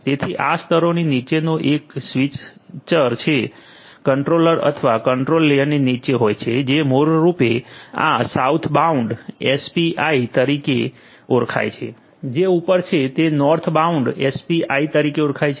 તેથી આ સ્તરોની નીચેનો એક સ્વિચર જે કંટ્રોલર અથવા કંટ્રોલ લેયરની નીચે હોય છે જે મૂળરૂપે આ સાઉથબાઉન્ડ એપીઆઇ તરીકે ઓળખાય છે જે ઉપર છે તે નોર્થબાઉન્ડ એપીઆઇ તરીકે ઓળખાય છે